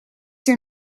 your